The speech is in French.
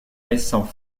récents